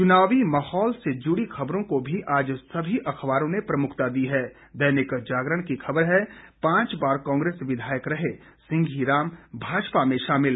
चुनावी माहौल से जुड़ी ख़बरों को भी आज सभी अख़बारों ने प्रमुखता दी है दैनिक जागरण की ख़बर है पांच बार कांग्रेस विधायक रहे सिंघी राम भाजपा में शामिल